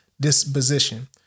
disposition